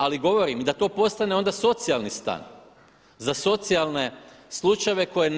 Ali govorim da to postane onda socijalni stan za socijalne slučajeve koji